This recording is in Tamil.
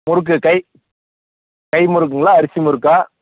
முறுக்கு கை கை முறுக்குங்களா அரிசி முறுக்கா